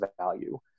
value